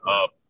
up